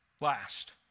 Last